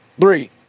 Three